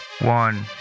one